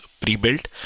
pre-built